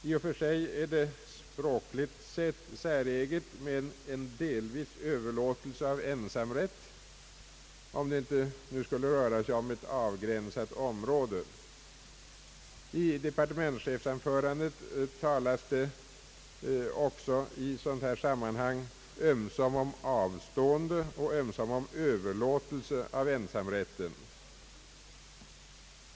I och för sig är det språkligt sett säreget med en » delvis» överlåtelse av ensamrätt, om det inte rör sig om ett avgränsat område. I departementschefsanförandet talas det också i ett sådant här sammanhang ömsom om »avstående» och ömsom om »överlåtelse» av ensamrät ten.